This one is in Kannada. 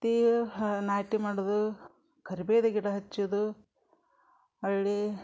ಹತ್ತಿ ಹ ನಾಟಿ ಮಾಡುವುದು ಕರ್ಬೇವ್ದು ಗಿಡ ಹಚ್ಚುವುದು ಹೊಳ್ಳಿ